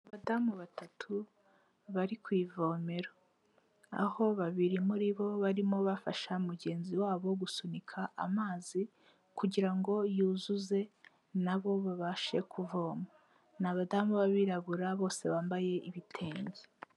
Abadamu batatu bari ku ivomero, aho babiri muri bo barimo bafasha mugenzi wabo gusunika amazi kugira ngo yuzuze nabo babashe kuvoma. Ni abadamu b'abirabura bose bambaye ibitenge.